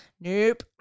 Nope